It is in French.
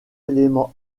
éléments